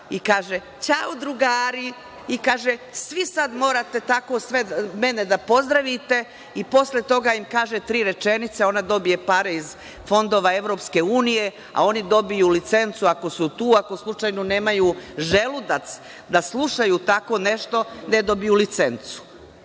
i kaže – ćao drugari! Svi sada morate mene da pozdravite i posle toga im kaže tri rečenice, ona dobija pare iz fondova EU, a oni dobiju licencu ako su tu, ako slučajno nemaju želudac da slušaju tako nešto gde dobijaju licencu.